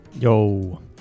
yo